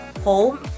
Home